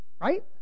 Right